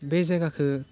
बे जायगाखो